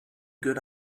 good